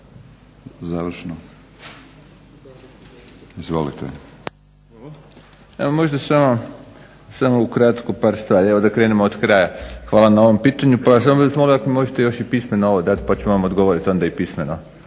Hvala. Evo možda samo ukratko par stvari. Evo da krenemo od kraja. Hvala na ovom pitanju, samo ako mi možete pismeno ovo dati pa ću vam odgovoriti onda i pismeno